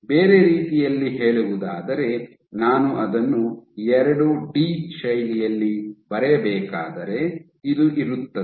ಬೇರೆ ರೀತಿಯಲ್ಲಿ ಹೇಳುವುದಾದರೆ ನಾನು ಅದನ್ನು ಎರಡು ಡಿ ಶೈಲಿಯಲ್ಲಿ ಬರೆಯಬೇಕಾದರೆ ಇದು ಇರುತ್ತದೆ